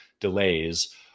delays